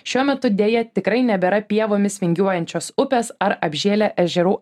šiuo metu deja tikrai nebėra pievomis vingiuojančios upės ar apžėlę ežerų